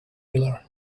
miller